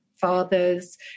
father's